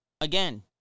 Again